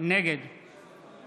נגד